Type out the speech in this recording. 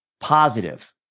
positive